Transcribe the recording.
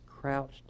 crouched